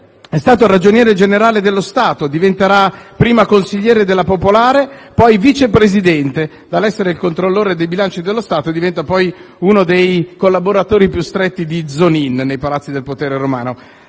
è stato ragioniere generale dello Stato e diventerà primo consigliere della Banca popolare di Vicenza, poi il vice presidente: da controllore dei bilanci dello Stato è diventato poi uno dei collaboratori più stretti di Zonin, nei palazzi del potere romano;